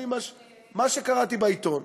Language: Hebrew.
מה שקראתי בעיתון.